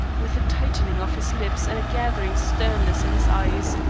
with a tightening of his lips and a gathering sternness in his eyes,